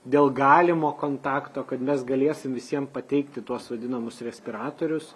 dėl galimo kontakto kad mes galėsim visiem pateikti tuos vadinamus respiratorius